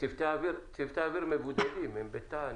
צוותי האוויר מבודדים, הם בתא נפרד,